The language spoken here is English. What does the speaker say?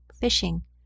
fishing